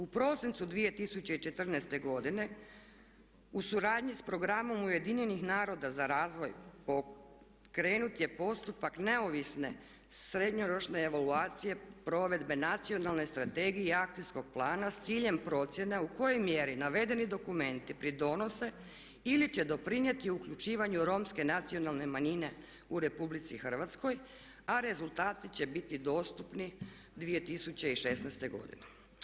U prosincu 2014. godine u suradnji sa programom Ujedinjenih naroda za razvoj pokrenut je postupak neovisne srednjoročne evaluacije provedbe Nacionalne strategije i akcijskog plana s ciljem procjena u kojoj mjeri navedeni dokumenti pridonose ili će doprinijeti uključivanju romske nacionalne manjine u Republici Hrvatskoj, a rezultati će biti dostupni 2016. godine.